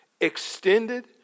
Extended